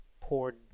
poured